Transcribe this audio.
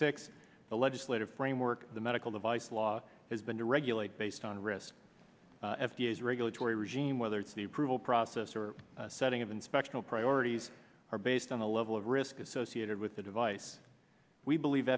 six the legislative framework the medical device law has been to regulate based on risk f d a is regulatory regime whether it's the approval process or setting of inspection of priorities are based on the level of risk associated with the device we believe